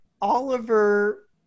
Oliver